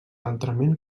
altrament